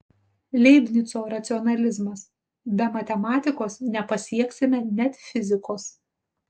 leibnico racionalizmas be matematikos nepasieksime net fizikos